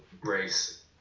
race